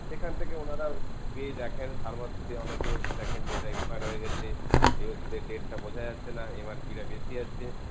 সেখান থেকে ওনারা পেয়ে দেখেন ফার্মাসিতে অনেকে দেখেন যে এটা এক্সপায়ার হয়ে গেছে এই ওষুধের ডেটটা বোঝা যাচ্ছেনা এমআরপিটা বেশি আছে